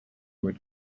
would